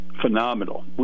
Phenomenal